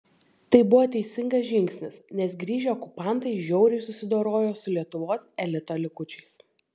tai buvo teisingas žingsnis nes grįžę okupantai žiauriai susidorojo su lietuvos elito likučiais